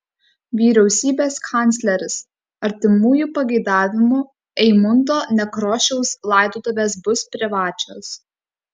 vyriausybės kancleris artimųjų pageidavimu eimunto nekrošiaus laidotuvės bus privačios